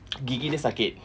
gigi dia sakit